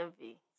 envy